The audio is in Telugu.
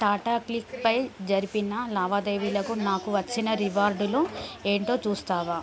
టాటా క్లిక్పై జరిపిన లావాదేవీలకు నాకు వచ్చిన రివార్డులు ఏంటో చూస్తావా